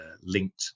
linked